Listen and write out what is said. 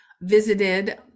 visited